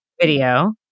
video